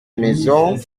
maison